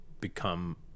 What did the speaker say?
become